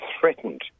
threatened